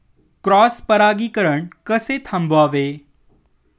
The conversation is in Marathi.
क्रॉस परागीकरण कसे थांबवावे?